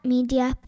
Media